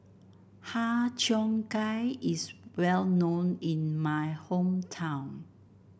Har Cheong Gai is well known in my hometown